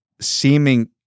seeming